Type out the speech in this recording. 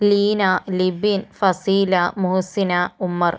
Leena Libin Faseela Muhsina Ummer